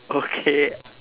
okay